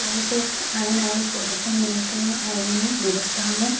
পৰিৱেশ আইন আৰু প্ৰদূষণ নিয়ন্ত্ৰণৰ আইনী ব্যৱস্থাসমূহ